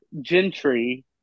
gentry